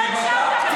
זה טוב גם לך.